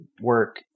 work